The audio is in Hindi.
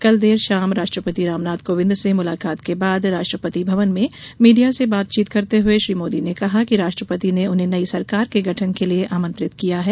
कल देर शाम राष्ट्रपति रामनाथ कोविंद से मुलाकात के बाद राष्ट्रपति भवन में मीडिया से बातचीत करते हुए श्री मोदी ने कहा कि राष्ट्रपति ने उन्हें नई सरकार के गठन के लिए आमंत्रित किया है